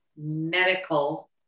medical